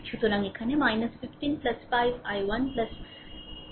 সুতরাং এখানে 15 5 I1 10 10 I1 I2 0